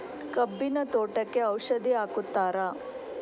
ಕಬ್ಬಿನ ತೋಟಕ್ಕೆ ಔಷಧಿ ಹಾಕುತ್ತಾರಾ?